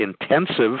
intensive